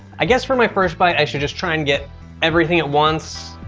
i guess for my first bite i should just try and get everything at once.